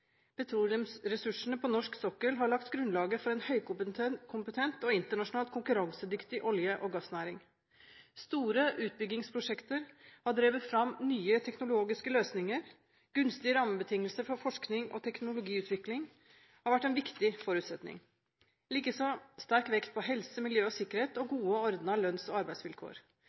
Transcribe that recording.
Petroleumsressursene på norsk sokkel har lagt grunnlaget for en høykompetent og internasjonalt konkurransedyktig olje- og gassnæring. Store utbyggingsprosjekter har drevet fram nye teknologiske løsninger. Gunstige rammebetingelser for forskning og teknologiutvikling har vært en viktig forutsetning, likeså sterk vekt på helse, miljø og sikkerhet og gode ordnede lønns- og arbeidsvilkår.